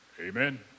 amen